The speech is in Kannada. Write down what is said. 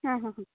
ಹಾಂ ಹಾಂ ಹಾಂ